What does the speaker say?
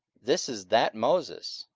this is that moses,